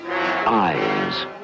eyes